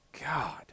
God